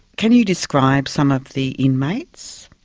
can you describe some of the inmates?